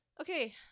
Okay